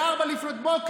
ב-04:00,